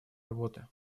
работы